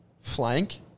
flank